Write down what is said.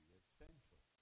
essential